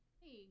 Hey